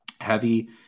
heavy